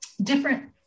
different